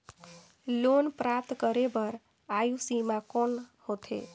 Loan प्राप्त करे बर आयु सीमा कौन होथे?